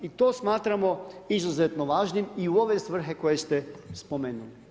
I to smatramo izuzetno važnim i u ove svrhe koje ste spomenuli.